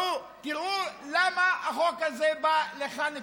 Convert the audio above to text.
תראו למה החוק הזה בא לכאן לפתחנו: